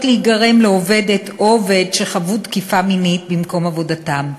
להיגרם לעובדת או עובד שחוו תקיפה מינית במקום עבודתם,